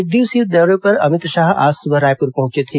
एक दिवसीय दौरे पर अमित शाह आज सुबह रायपुर पहुंचे थे